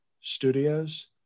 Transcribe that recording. Studios